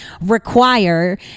require